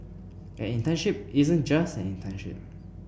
an internship isn't just an internship